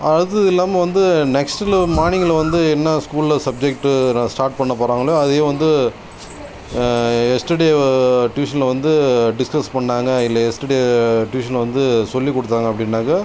அது இல்லாமல் வந்து நெக்ஸ்ட்டு லெவல் மார்னிங்கில் வந்து என்ன ஸ்கூலில் சப்ஜெக்ட்டு ஸ்டார்ட் பண்ண போகிறாங்களோ அதையும் வந்து எஸ்டெர்டே ட்யூஷனில் வந்து டிஸ்கஸ் பண்ணாங்கள் இல்லை எஸ்டெர்டே ட்யூஷனில் வந்து சொல்லிக் கொடுத்தாங்க அப்டின்னாக்கா